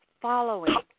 following